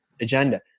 agenda